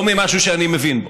לא משהו שאני מבין בו.